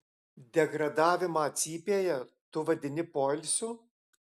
degradavimą cypėje tu vadini poilsiu